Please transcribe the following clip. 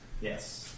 Yes